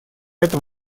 этом